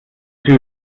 ist